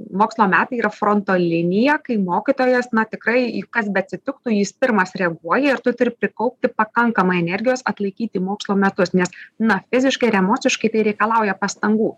mokslo metai yra fronto linija kai mokytojas na tikrai kas beatsitiktų jis pirmas reaguoja ir tu turi prikaupti pakankamai energijos atlaikyti mokslo metus nes na fiziškai ir emociškai tai reikalauja pastangų